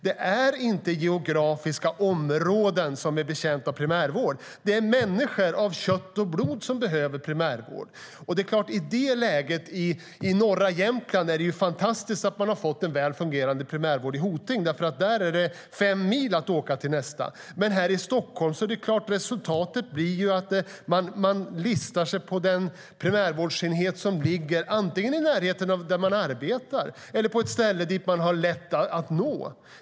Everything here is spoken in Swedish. Det är inte geografiska områden som är betjänta av primärvård; det är människor av kött och blod som behöver primärvård.I det läget är det såklart fantastiskt att man i norra Jämtland har fått en väl fungerande primärvård i Hoting, för där är det fem mil att åka till nästa. Men här i Stockholm blir resultatet att man listar sig på den primärvårdsenhet som ligger i närheten av det ställe där man arbetar eller på ett ställe man har lätt att nå.